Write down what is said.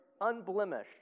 unblemished